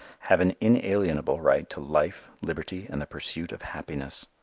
have an inalienable right to life, liberty and the pursuit of happiness.